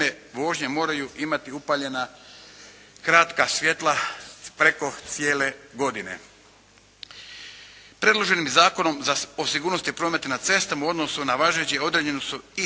vožnje moraju imati upaljena kratka svjetla preko cijele godine. Predloženim Zakonom o sigurnosti prometa na cestama u odnosu na važeći određene